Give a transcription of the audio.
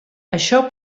això